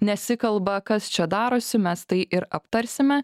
nesikalba kas čia darosi mes tai ir aptarsime